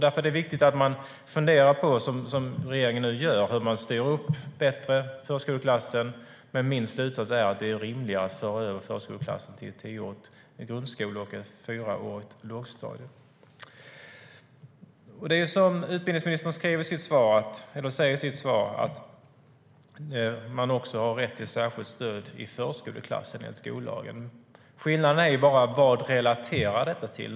Därför är det viktigt att fundera på, som regeringen nu gör, hur man bättre styr upp förskoleklassen. Min slutsats är att det är rimligare att föra över förskoleklassen till en tioårig grundskola och ett fyrårigt lågstadium. Som utbildningsministern säger i sitt svar har man också rätt till särskilt stöd i förskoleklassen, enligt skollagen. Frågan är bara vad detta relaterar till.